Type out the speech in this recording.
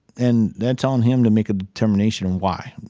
and that's on him to make a determination on why,